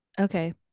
Okay